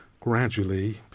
Gradually